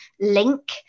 link